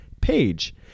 page